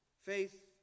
Faith